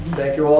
thank you,